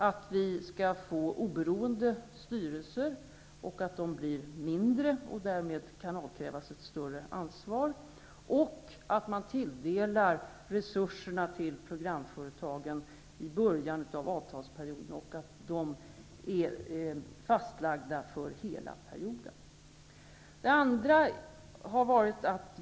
Det skall finnas oberoende styrelser. De skall bli mindre, och de kan därmed avkrävas ett större ansvar. Resurserna till programföretagen skall tilldelas i början av avtalsperioden, och de är fastlagda för hela perioden.